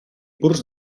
purs